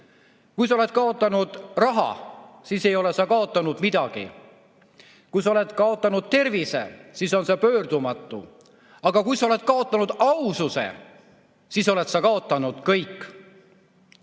"Kui sa oled kaotanud raha, siis ei ole sa kaotanud midagi. Kui sa oled kaotanud tervise, siis on see pöördumatu. Aga kui sa oled kaotanud aususe, siis oled sa kaotanud kõik."